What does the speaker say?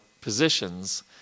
positions